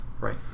Right